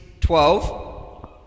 twelve